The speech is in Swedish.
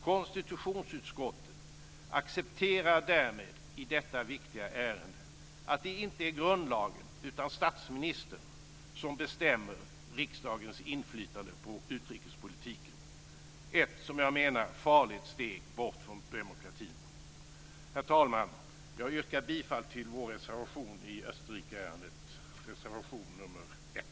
Konstitutionsutskottet accepterar därmed i detta viktiga ärende att det inte är grundlagen utan statsministern som bestämmer riksdagens inflytande på utrikespolitiken - ett, som jag menar, farligt steg bort från demokratin. Herr talman! Jag yrkar på godkännande av anmälan i Österrikeärendet, reservation nr 1.